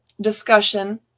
discussion